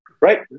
Right